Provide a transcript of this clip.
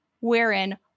wherein